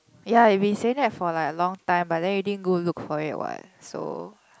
ya you've been saying that for like a long time but then you didn't go look for it what so